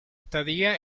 estadía